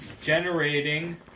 generating